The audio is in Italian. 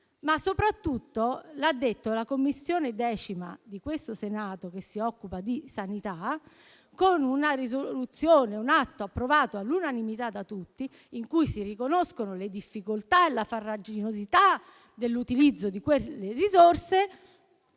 ma soprattutto l'ha detto la 10a Commissione del Senato, che si occupa di sanità, con un atto approvato all'unanimità da tutti, in cui si riconoscono le difficoltà e la farraginosità dell'utilizzo delle risorse,